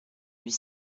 huit